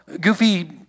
goofy